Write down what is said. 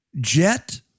jet